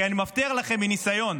כי אני מבטיח לכם מניסיון,